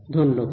ধন্যবাদ